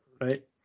right